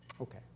Okay